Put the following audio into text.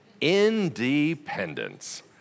Independence